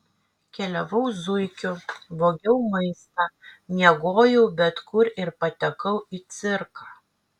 keliavau zuikiu vogiau maistą miegojau bet kur ir patekau į cirką